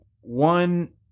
one